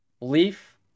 Leaf